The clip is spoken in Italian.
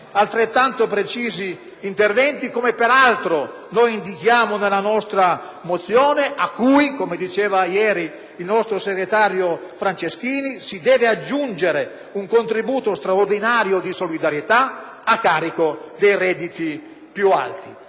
altrettanto precisi interventi, come peraltro noi indichiamo nella nostra mozione a cui, come diceva ieri il nostro segretario Franceschini, si deve aggiungere un contributo straordinario di solidarietà a carico dei redditi più alti.